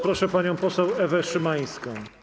Proszę panią poseł Ewę Szymańską.